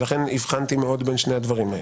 לכן הבחנתי מאוד בין שני הדברים האלה.